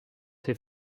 ses